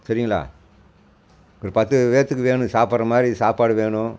சரிங்களா ஒரு பத்து பேற்றுக்கு வேணும் சாப்பிட்ற மாதிரி சாப்பாடு வேணும்